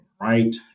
right